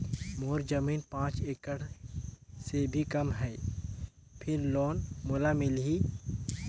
मोर जमीन पांच एकड़ से भी कम है फिर लोन मोला मिलही?